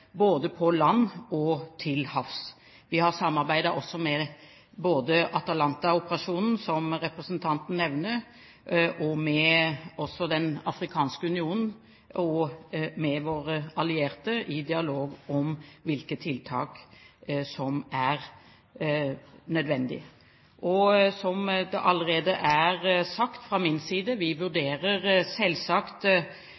både på land og til havs. Vi har samarbeidet både med Atalanta-operasjonen, som representanten nevnte, og med Den afrikanske unionen og med våre allierte i dialog om hvilke tiltak som er nødvendige. Som det allerede er sagt fra min side, vurderer vi